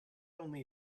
only